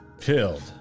pilled